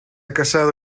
casado